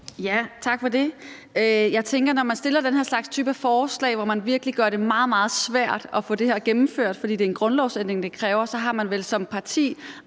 Tak for det. Jeg tænker, at når man fremsætter den her type af forslag, hvor man virkelig gør det meget, meget svært at få det gennemført, fordi det er en grundlovsændring, det kræver, så har man vel som parti